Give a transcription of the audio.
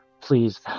please